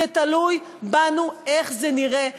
זה תלוי בנו איך זה נראה.